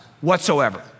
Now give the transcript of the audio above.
whatsoever